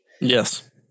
Yes